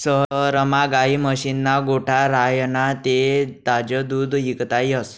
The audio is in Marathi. शहरमा गायी म्हशीस्ना गोठा राह्यना ते ताजं दूध इकता येस